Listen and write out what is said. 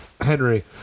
Henry